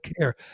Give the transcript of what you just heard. care